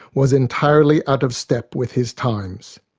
was entirely out of step with his times.